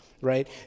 right